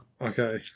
Okay